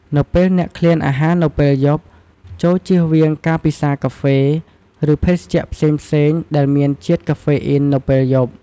នៅពេលអ្នកឃ្លានអាហារនៅពេលយប់ ចូរជៀសវាងការពិសារកាហ្វេ ឬភេសជ្ជះផ្សេងៗដែលមានជាតិកាហ្វេអ៊ីននៅពេលយប់។